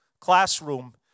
classroom